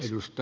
kiitos